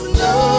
no